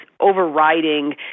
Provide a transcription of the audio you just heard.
overriding